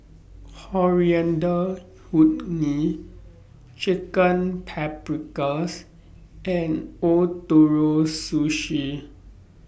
Coriander Chutney Chicken Paprikas and Ootoro Sushi